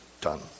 done